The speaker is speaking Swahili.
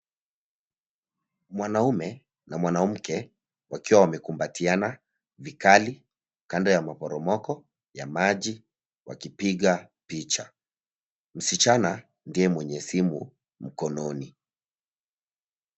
Mwanaume, na mwanamke, wakiwa wamekumbatiana, vikali, kando ya maporomoko, ya maji, wakipiga, picha. Msichana, ndiye mwenye simu, mkononi.